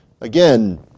Again